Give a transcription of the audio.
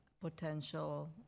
potential